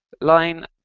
line